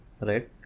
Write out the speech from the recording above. right